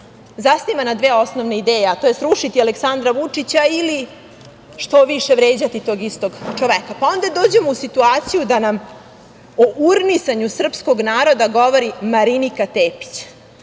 zasniva na dve osnovne ideje, a to je - srušiti Aleksandra Vučića ili što više vređati tog istog čoveka. Onda dođemo u situaciju da nam o urnisanju srpskog naroda govori Marinika Tepić.